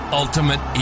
ultimate